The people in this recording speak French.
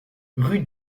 rue